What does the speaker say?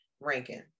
ranking